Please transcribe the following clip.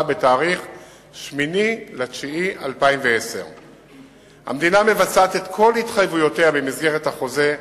ב-8 בספטמבר 2010. המדינה מבצעת את כל התחייבותיה במסגרת החוזה,